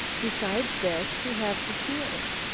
besides this, we have the seals,